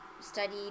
studied